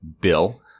Bill